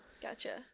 gotcha